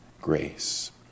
grace